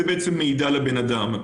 זה נותן מידע לבן אדם.